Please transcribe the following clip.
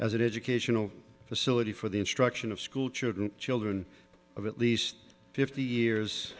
an educational facility for the instruction of school children children of at least fifty years